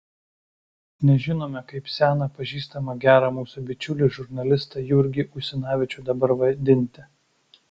nežinome kaip seną pažįstamą gerą mūsų bičiulį žurnalistą jurgį usinavičių dabar vadinti